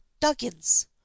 Duggins